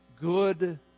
good